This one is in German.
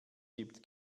gibt